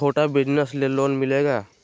छोटा बिजनस में लोन मिलेगा?